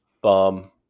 Bum